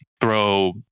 throw